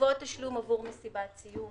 לגבות תשלום עבור מסיבת סיום